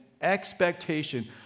expectation